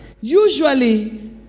usually